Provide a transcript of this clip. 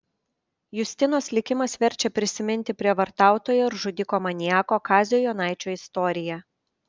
justinos likimas verčia prisiminti prievartautojo ir žudiko maniako kazio jonaičio istoriją